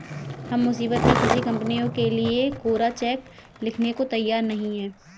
हम मुसीबत में फंसी कंपनियों के लिए कोरा चेक लिखने को तैयार नहीं हैं